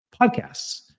podcasts